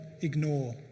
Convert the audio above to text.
ignore